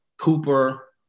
Cooper